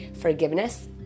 forgiveness